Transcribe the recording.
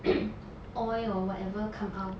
oil or whatever come out